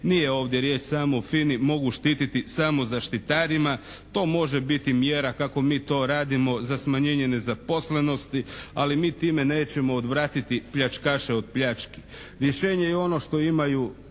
nije ovdje riječ samo o FINA-i mogu štititi samo zaštitarima. To može biti mjera kako mi to radimo za smanjenje nezaposlenosti ali mi time nećemo odvratiti pljačkaše od pljački.